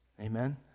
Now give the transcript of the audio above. Amen